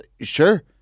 Sure